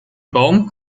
baum